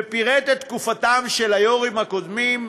שפירט את תקופתם של היו"רים הקודמים,